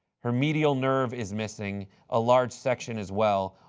her medial nerve is missing a large section as well.